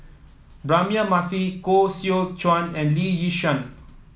Braema Mathi Koh Seow Chuan and Lee Yi Shyan